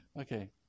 Okay